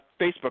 Facebook